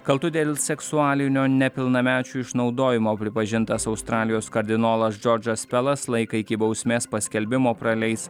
kaltu dėl seksualinio nepilnamečių išnaudojimo pripažintas australijos kardinolas džordžas pelas laiką iki bausmės paskelbimo praleis